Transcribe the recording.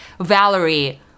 Valerie